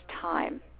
time